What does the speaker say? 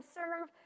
serve